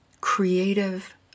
creative